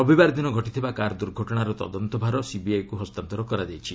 ରବିବାର ଦିନ ଘଟିଥିବା କାର୍ ଦୂର୍ଘଟଣାର ତଦନ୍ତ ଭାର ସିବିଆଇକୁ ହସ୍ତାନ୍ତର କରାଯାଇଛି